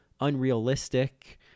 unrealistic